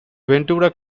ventura